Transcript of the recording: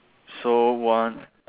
so one